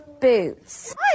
boots